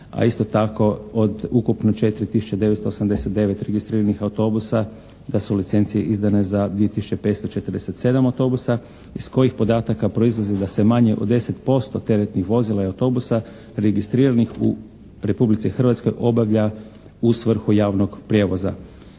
a isto tako od ukupno 4 tisuće 989 registriranih autobusa, da su licencije izdane za 2 tisuće 547 autobusa, iz kojih podataka proizlazi da se manje od 10% teretnih vozila i autobusa registriranih u Republici Hrvatskoj obavlja u svrhu javnog prijevoza.